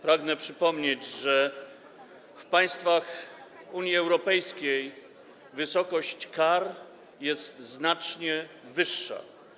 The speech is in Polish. Pragnę przypomnieć, że w państwach Unii Europejskiej wysokość kar jest znacznie większa.